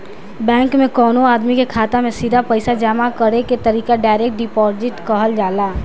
bank में कवनो आदमी के खाता में सीधा पईसा जामा करे के तरीका डायरेक्ट डिपॉजिट कहल जाला